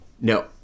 No